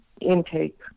intake